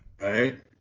Right